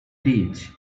ditch